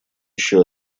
еще